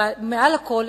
ומעל לכול,